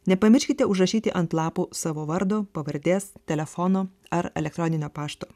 nepamirškite užrašyti ant lapų savo vardo pavardės telefono ar elektroninio pašto